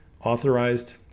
authorized